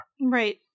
Right